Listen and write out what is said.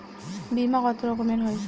বিমা কত রকমের হয়?